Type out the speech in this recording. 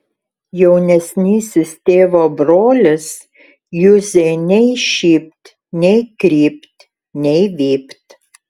jaunesnysis tėvo brolis juzei nei šypt nei krypt nei vypt